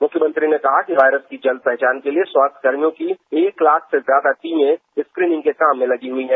मुख्यमंत्री ने कहा कि वायरस की जल्द पहचान के लिए स्वास्थ्यकर्मियों की एक लाख से ज्यादा टीमें स्क्रीनिंग के काम में लगी हुई हैं